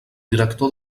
director